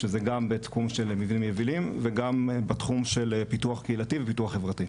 שזה גם בתחום של מבנים יבילים וגם בתחום של פיתוח קהילתי ופיתוח חברתי.